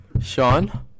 Sean